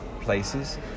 places